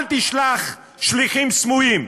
אל תשלח שליחים סמויים.